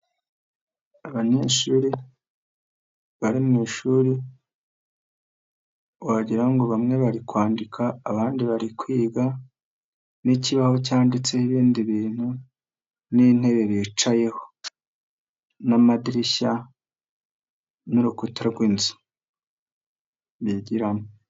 Abanyeshuri bari mu ishuri wagira ngo bamwe bari kwandika, abandi bari kwiga, n'ikibaho cyanditseho ibindi bintu, n'intebe bicayeho, n'amadirishya, n'urukurw'inzu bigiramo.